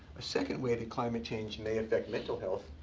a second way that climate change may affect mental health,